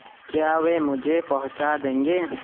کیا وہ مجھے پہنچا دیں گے